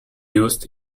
used